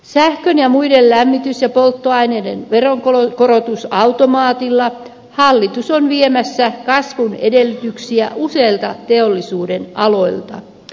sähkön ja muiden lämmitys ja polttoaineiden veronkorotusautomaatilla hallitus on viemässä kasvun edellytyksiä useilta teollisuudenaloilta